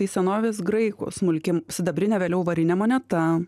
tai senovės graikų smulki sidabrinė vėliau varinė moneta